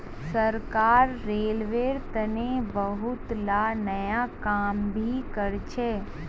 सरकार रेलवेर तने बहुतला नया काम भी करछ